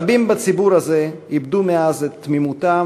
רבים בציבור הזה איבדו מאז את תמימותם